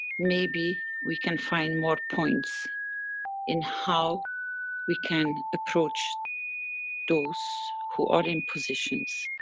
maybe, we can find more points in how we can approach those who are in positions,